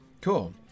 cool